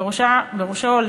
ובראשו,